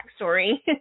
backstory